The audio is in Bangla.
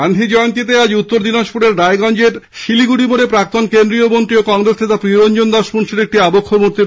গান্ধী জয়ন্তীতে আজ উত্তরদিনাজপুরের রায়গঞ্জের শিলিগুড়িমোড়ে প্রাক্তন কেন্দ্রীয় মন্ত্রী ও কংগ্রেস নেতা প্রিয়রঞ্জন দাস মুন্সীর একটি আবক্ষ মূর্তির উদ্বোধন করা হয়